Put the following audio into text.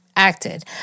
acted